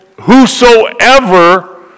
whosoever